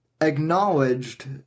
acknowledged